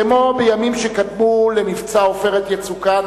כמו בימים שקדמו למבצע "עופרת יצוקה",